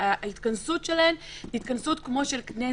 ההתכנסות שלהן היא כמו של כנסת.